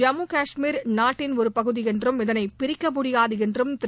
ஜம்மு கஷ்மீர் நாட்டின் ஒரு பகுதி என்றும் இதனை பிரிக்க முடியாது என்றும் திரு